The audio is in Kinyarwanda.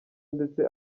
ndetse